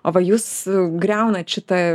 o va jūs griaunat šitą